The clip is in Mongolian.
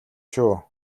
шүү